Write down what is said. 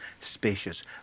spacious